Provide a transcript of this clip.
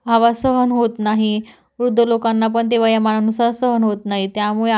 हवा सहन होत नाही वृद्ध लोकांना पण ते वयामानानुसार सहन होत नाही त्यामुळे आ आरो